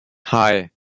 hei